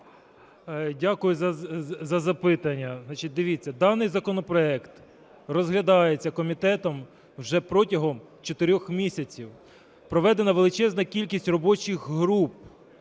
Дякую за запитання. Дивіться, даний законопроект розглядається комітетом вже протягом чотирьох місяців. Проведена величезна кількість робочих груп,